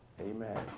Amen